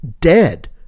dead